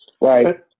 Right